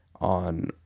on